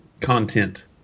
content